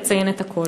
לציין את הכול.